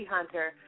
Hunter